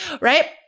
right